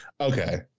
Okay